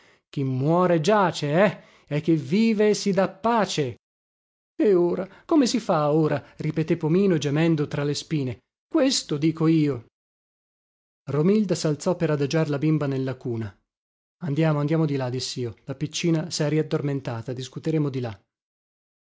chi muore giace eh e chi vive si dà pace e ora come si fa ora ripeté pomino gemendo tra le spine questo dico io romilda salzò per adagiar la bimba nella cuna andiamo andiamo di là dissio la piccina sè riaddormentata discuteremo di là